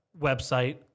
website